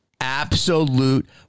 Absolute